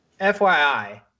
FYI